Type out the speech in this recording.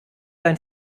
dein